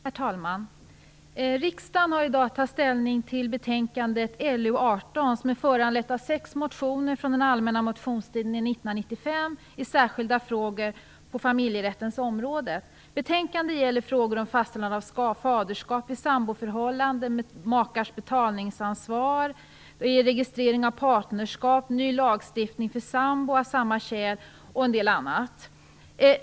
Herr talman! Riksdagen har i dag att ta ställning till betänkande LU18, som är föranlett av sex motioner från den allmänna motionstiden 1995 i särskilda frågor på familjerättens område. Betänkandet gäller frågor om fastställande av faderskap vid samboförhållande, makars betalningsansvar, registrering av partnerskap, ny lagstiftning för sambor av samma kön och en del annat.